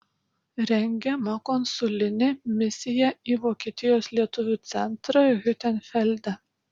rengiama konsulinė misiją į vokietijos lietuvių centrą hiutenfelde